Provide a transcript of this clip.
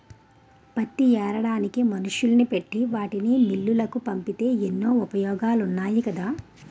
పత్తి ఏరడానికి మనుషుల్ని పెట్టి వాటిని మిల్లులకు పంపితే ఎన్నో ఉపయోగాలున్నాయి కదా